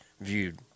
viewed